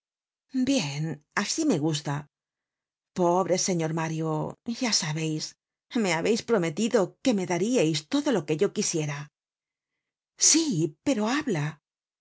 bien asi me gusta pobre señor mario ya sabeis me habéis prometido que me dariais todo lo que yo quisiera sí pero habla